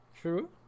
True